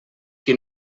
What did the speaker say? qui